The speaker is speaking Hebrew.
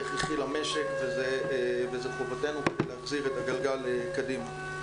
זה הכרחי למשק וזאת חובתנו להזיז את הגלגל קדימה.